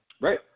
Right